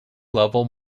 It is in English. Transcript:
level